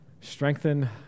strengthen